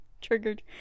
triggered